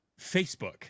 Facebook